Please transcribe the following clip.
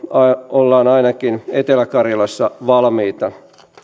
ollaan ainakin etelä karjalassa valmiita